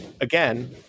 again